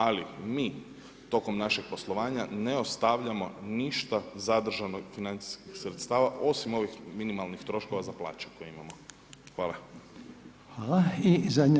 Ali, mi tokom našeg poslovanja ne ostavljamo ništa zadržanog financijskog sredstva osim ovih minimalnih troškova za plaće koje imamo.